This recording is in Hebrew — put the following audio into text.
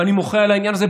ואני מוחה על העניין הזה,